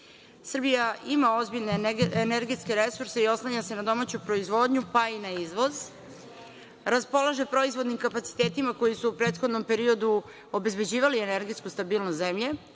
Srbija ima ozbiljne energetske resurse i oslanja se na domaću proizvodnju, pa i na izvoz, raspolaže proizvodnim kapacitetima koji su u prethodnom periodu obezbeđivali energetsku stabilnost zemlje,